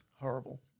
horrible